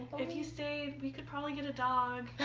if you stay we could probably get a dog.